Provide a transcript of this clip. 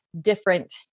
different